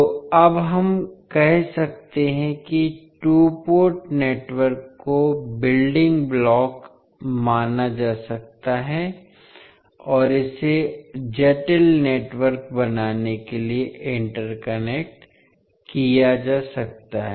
तो अब हम कह सकते हैं कि टू पोर्ट नेटवर्क को बिल्डिंग ब्लॉक माना जा सकता है और इसे जटिल नेटवर्क बनाने के लिए इंटरकनेक्ट किया जा सकता है